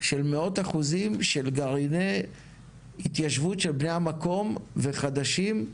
של מאות אחוזים של גרעיני התיישבות של בני המקום וחדשים,